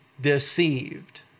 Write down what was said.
Deceived